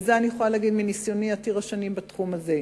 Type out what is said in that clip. ועל זה אני יכולה להעיד מניסיוני עתיר השנים בתחום הזה.